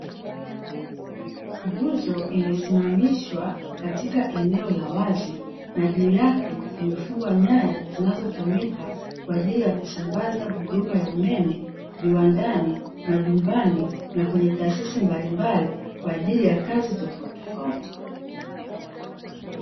Nguzo imesimamishwa katika eneo la wazi, na juu yake kumefungwa nyaya zinazotumika kwa ajili ya kusambaza huduma ya umeme viwandani, majumbani na kwenye taasisi mbalimbali kwa ajili ya kazi tofautitofauti.